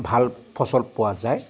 ভাল ফচল পোৱা যায়